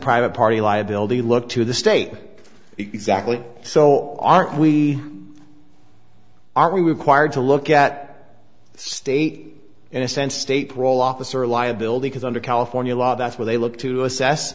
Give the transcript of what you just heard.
private party liability look to the state exactly so aren't we are we required to look at state in a sense state parole officer liability because under california law that's where they look to assess